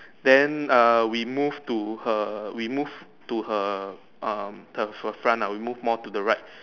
then err we move to her we move to her um the her front we move more to the right